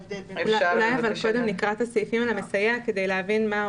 אולי קודם נקרא את הסעיפים לגבי המסייע כדי להבין.